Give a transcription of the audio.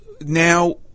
now